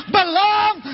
belong